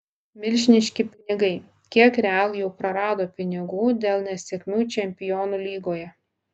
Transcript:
milžiniški pinigai kiek real jau prarado pinigų dėl nesėkmių čempionų lygoje